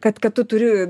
kad kad tu turi